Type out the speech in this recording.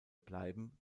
bleiben